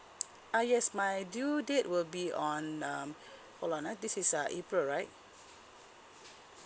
ah yes my due date will be on um hold on ah this is uh april right